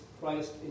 Christ